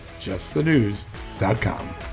justthenews.com